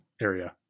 area